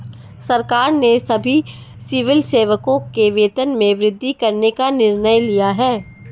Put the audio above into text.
सरकार ने सभी सिविल सेवकों के वेतन में वृद्धि करने का निर्णय लिया है